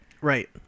Right